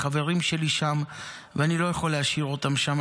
החברים שלי שם ואני לא יכול להשאיר אותם שם,